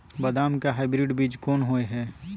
बदाम के हाइब्रिड बीज कोन होय है?